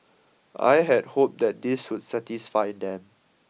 I had hoped that this would satisfy them